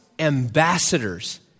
ambassadors